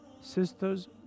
sisters